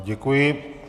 Děkuji.